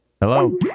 hello